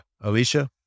Alicia